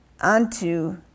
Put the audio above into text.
unto